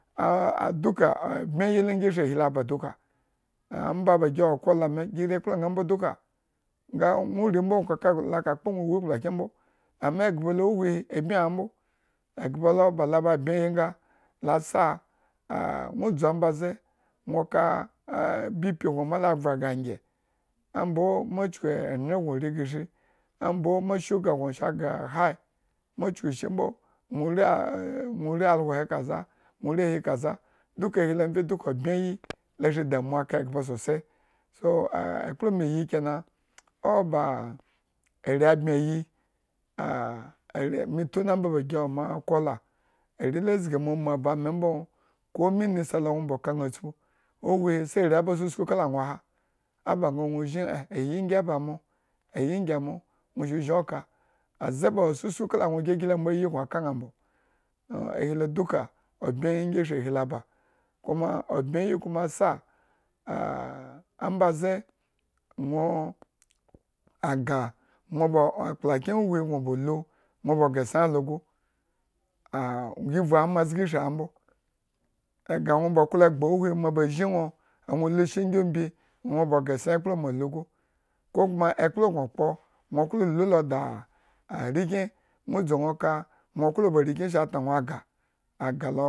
duka ohi ombyeyi la ahri ahe alo aba duka omba ba gi iwo kola mii, giri ekplañaa mbo duka nga nwo ri mbo, nwo koka laka kpo nwo ewu ekplakyen mbo, amma ahba lo uwuhi abmi mbo. Eghba lo ba bmyeyi nga la sa nwo dzu ambaze nwo ka a bp gno omba ze ma vru agre angye, ombo chuku engre gno rfi greshri, omba ma shuga sa gre high, ma chuku eshimbo nwo ri eh algo he kaza nwo ri ahi kaza duka ahi lo mvye obmyeyi la shri damuwa aka ghba sosai so, ekpla me yi kena owo ba baa are bmyeyi ah ari me tuna omba ba gi ebmyeyi moakola are la zgi mumuami aba mbo, komi nisa la ambo nwo ba ka ña tsipu. Uwuhi sai are aba susku kala anwo aha, aba nga nwo zhin anyi ngi aba mo ayi aba amo ayi ngi amo, nwo shru zhin okan aze ba wo susku kala nwo gigi lo ambo ayi gno aka mbo ahi lo duka obmyeyi lo kuma asa ah ambaze nwo, aga nwo obo akplakyen huhwi nwo ba lu nwo ba gresonye ah gi vu amma zga ishri ambo. Ega nwo ba klo gba uhwi mo ba zhin nwo lu la ishi ngi mbi nwo ba gresonyre ekpla moalu gu kokuma ekpla gno kpo, nwo lu lo daa arekyen nwo dzu nwo ka, nwoba arekyen sa tno nwo aga